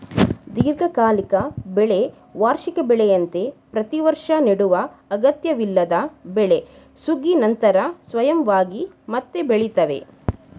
ದೀರ್ಘಕಾಲಿಕ ಬೆಳೆ ವಾರ್ಷಿಕ ಬೆಳೆಯಂತೆ ಪ್ರತಿವರ್ಷ ನೆಡುವ ಅಗತ್ಯವಿಲ್ಲದ ಬೆಳೆ ಸುಗ್ಗಿ ನಂತರ ಸ್ವಯಂವಾಗಿ ಮತ್ತೆ ಬೆಳಿತವೆ